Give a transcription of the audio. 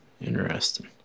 Interesting